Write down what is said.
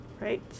right